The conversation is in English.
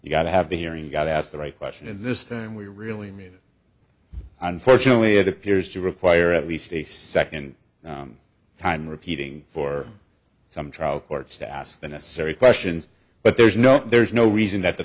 you got to have the hearing you got to ask the right question is this time we really me unfortunately it appears to require at least a second time repeating for some trial courts to ask the necessary questions but there's no there's no reason that the